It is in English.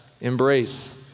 embrace